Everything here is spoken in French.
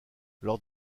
lors